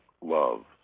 love